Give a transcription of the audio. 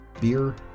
Beer